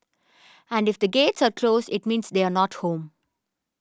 and if the gates are closed it means they are not home